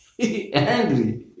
angry